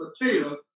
potato